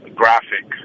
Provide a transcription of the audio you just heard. graphic